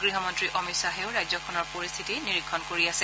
গৃহমন্ত্ৰী অমিত শ্বাহেও ৰাজ্যখনৰ পৰিস্থিতি নিৰীক্ষণ কৰি আছে